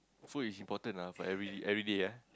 so is important lah for every every day ya